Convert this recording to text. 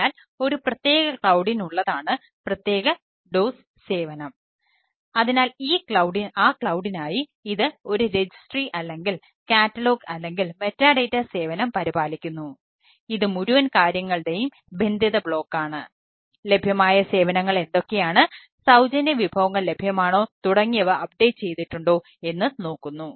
അതിനാൽ ഒരു പ്രത്യേക ക്ലൌഡിനുള്ളതാണ് ചെയ്തിട്ടുണ്ടോ എന്ന് നോക്കുന്നു